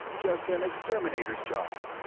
just an exterminator's job.